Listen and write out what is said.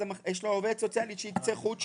יש לו עובדת סוציאלית שהיא קצה חוט שלו.